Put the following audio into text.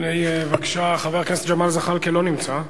חבר הכנסת ג'מאל זחאלקה, לא נמצא.